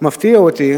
מפתיע אותי,